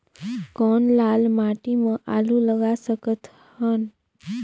कौन लाल माटी म आलू लगा सकत हन?